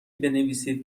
بنویسید